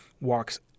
walks